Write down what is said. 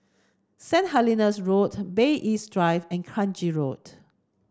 Saint Helena's Road Bay East Drive and Kranji Road